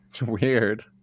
Weird